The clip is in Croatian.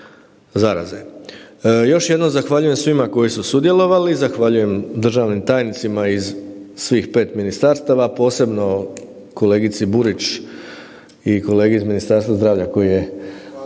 zaraze. Još jednom zahvaljujem svima koji su sudjelovali, zahvaljujem državnim tajnicima iz svih pet ministarstava, posebno kolegici Burić i kolegi iz Ministarstva zdravlja koji je